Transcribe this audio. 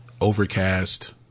Overcast